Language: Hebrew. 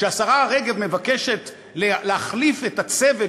כשהשרה רגב מבקשת להחליף את הצוות